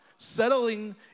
Settling